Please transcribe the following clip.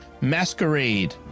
Masquerade